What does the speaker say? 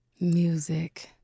Music